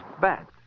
bad